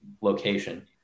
location